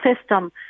system